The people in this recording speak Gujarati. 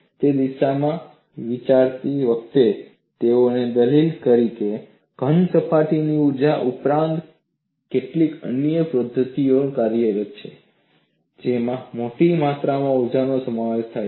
તે દિશામાં વિચારતી વખતે તેઓએ દલીલ કરી કે ઘન સપાટીની ઊર્જા ઉપરાંત કેટલીક અન્ય પદ્ધતિઓ કાર્યરત છે જેમાં મોટી માત્રામાં ઊર્જાનો સમાવેશ થાય છે